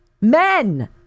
Men